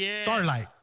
Starlight